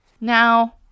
Now